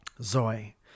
Zoe